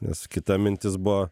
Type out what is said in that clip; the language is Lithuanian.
nes kita mintis buvo